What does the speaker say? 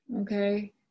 Okay